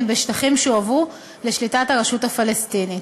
בשטחים שהועברו לשליטת הרשות הפלסטינית.